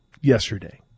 yesterday